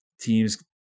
teams